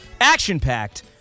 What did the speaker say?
action-packed